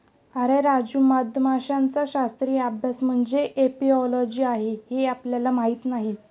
अरे राजू, मधमाशांचा शास्त्रीय अभ्यास म्हणजे एपिओलॉजी आहे हे आपल्याला माहीत नाही